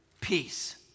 peace